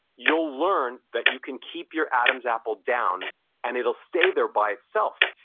you'll learn that you can keep your adam's apple down and it'll stay there by itself.